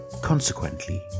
Consequently